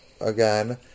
again